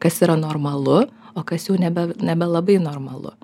kas yra normalu o kas jau nebe nebe labai normalu